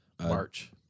March